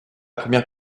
première